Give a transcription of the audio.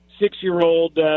six-year-old